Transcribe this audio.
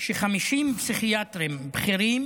ש-50 פסיכיאטרים בכירים